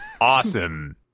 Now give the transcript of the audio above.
awesome